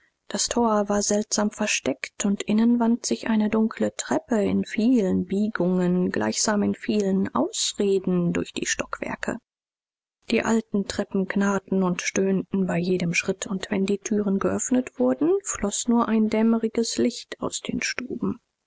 das tor war seltsam versteckt und innen wand sich eine dunkle treppe in vielen biegungen gleichsam in vielen ausreden durch die stockwerke die alten treppen knarrten und stöhnten bei jedem schritt und wenn die türen geöffnet wurden floß nur ein dämmeriges licht aus den stuben